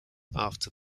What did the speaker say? after